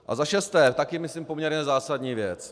A za šesté také myslím poměrně zásadní věc.